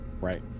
Right